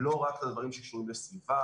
לא רק את הדברים שקשורים לסביבה,